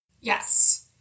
Yes